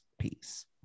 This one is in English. Peace